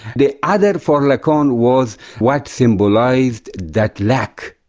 the other for lacan was what symbolised that lack,